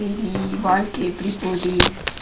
வாழ்க்கை எப்படி போகுது:vaalkai eppadi poguthu